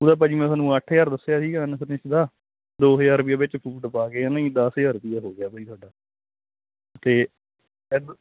ਉਹਦਾ ਭਾਅ ਜੀ ਮੈਂ ਤੁਹਾਨੂੰ ਅੱਠ ਹਜਾਰ ਦੱਸਿਆ ਸੀਗਾ ਦੋ ਹਜਾਰ ਰੁਪਈਆ ਵਿੱਚ ਫੂਡ ਪਾ ਕੇ ਹਨਾ ਜੀ ਦਸ ਹਜਾਰ ਰੁਪਈਆ ਹੋ ਗਿਆ ਭਾਈ ਤੁਹਾਡਾ ਤੇ ਐਦ